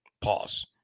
Pause